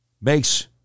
makes